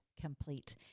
complete